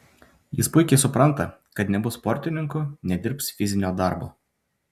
jis puikiai supranta kad nebus sportininku nedirbs fizinio darbo